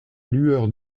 lueur